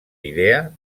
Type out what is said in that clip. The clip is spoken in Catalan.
idea